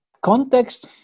context